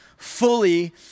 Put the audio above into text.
fully